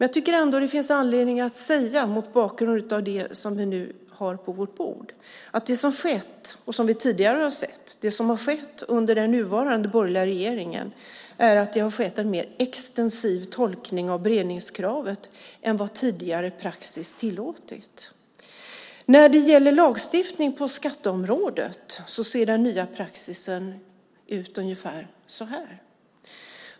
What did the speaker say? Jag tycker ändå att det finns anledning att säga, mot bakgrund av det som vi nu har på vårt bord, att det som har skett, och som vi tidigare har sett, under den nuvarande borgerliga regeringen är en mer extensiv tolkning av beredningskravet än vad tidigare praxis har tillåtit. När det gäller lagstiftning på skatteområdet ser den nya praxisen ut ungefär som följande.